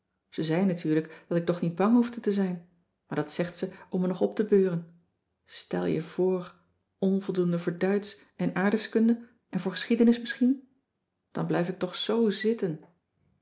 ze zei natuurlijk dat ik toch niet bang hoefde te zijn maar dat zegt ze om me nog op te beuren stel je voor onvoldoende voor duitsch en aardrijkskunde en voor geschiedenis misschien dan blijf ik toch zoo zitten